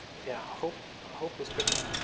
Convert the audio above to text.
yeah. hope hope is tricky.